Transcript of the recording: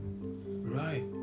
Right